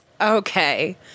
Okay